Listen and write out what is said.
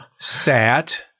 sat